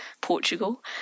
Portugal